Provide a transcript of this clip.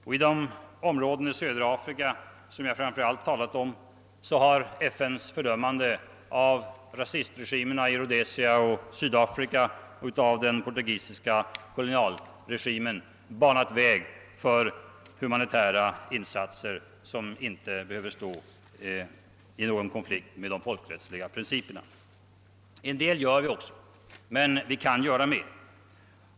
Och i de områden i södra Afrika som jag framför allt talat om har FN:s fördömanden av rasistregimerna i Rhodesia och Sydafrika och av den portugisiska kolonialregimen banat väg för humanitära insatser som inte behöver stå i konflikt med de folkrättsliga principerna. En del gör vi men vi kan göra mer.